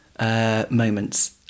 moments